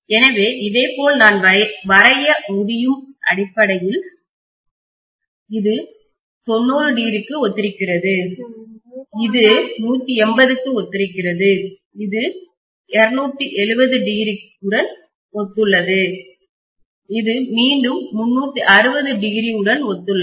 எனவே இதேபோல் நான் வரைய முடியும் அடிப்படையில் இது 90o க்கு ஒத்திருக்கிறது இது 180o க்கு ஒத்திருக்கிறது இது 270o உடன் ஒத்துள்ளது இது மீண்டும் 360o உடன் ஒத்துள்ளது